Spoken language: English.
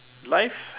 life